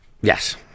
Yes